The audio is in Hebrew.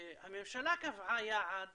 ממשלה קבעה יעד